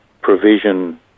provision